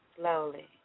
slowly